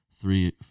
three